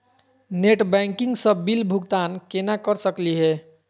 Net banking स bill भुगतान केना कर सकली हे?